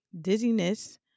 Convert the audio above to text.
dizziness